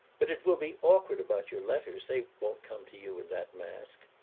but it will be awkward about your letters they won't come to you in that mask.